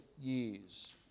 years